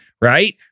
right